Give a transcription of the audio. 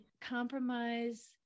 compromise